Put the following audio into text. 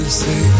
say